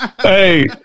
hey